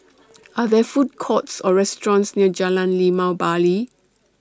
Are There Food Courts Or restaurants near Jalan Limau Bali